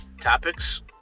Topics